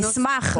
אני אשמח,